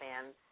fans